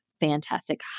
fantastic